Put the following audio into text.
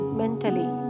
mentally